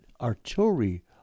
artillery